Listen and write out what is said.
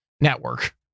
network